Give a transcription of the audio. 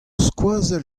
skoazell